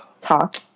talk